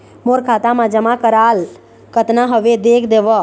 मोर खाता मा जमा कराल कतना हवे देख देव?